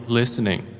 listening